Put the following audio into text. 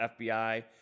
FBI